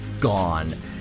gone